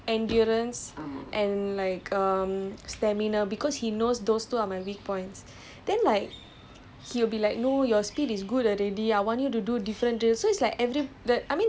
and like he my coach also knows my coach will like always trying to drill me in like endurance and like um stamina because he knows those two of my weak points then like